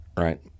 right